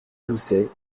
doucet